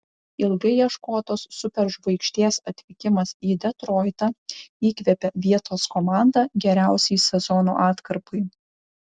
ilgai ieškotos superžvaigždės atvykimas į detroitą įkvėpė vietos komandą geriausiai sezono atkarpai